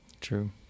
True